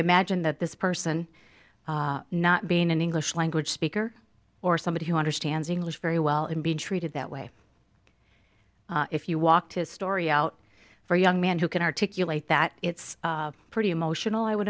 imagine that this person not being an english language speaker or somebody who understands english very well in being treated that way if you walk his story out for a young man who can articulate that it's pretty emotional i would